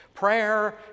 Prayer